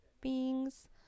beings